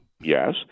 Yes